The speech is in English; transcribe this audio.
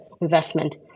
investment